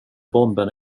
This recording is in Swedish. bomben